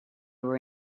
were